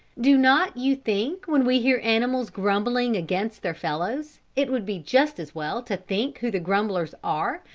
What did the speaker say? do not you think when we hear animals grumbling against their fellows, it would be just as well to think who the grumblers are,